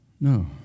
No